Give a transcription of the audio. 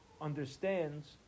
understands